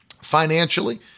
financially